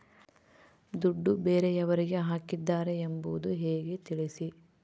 ದುಡ್ಡು ಬೇರೆಯವರಿಗೆ ಹಾಕಿದ್ದಾರೆ ಎಂಬುದು ಹೇಗೆ ತಿಳಿಸಿ?